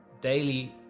daily